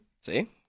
See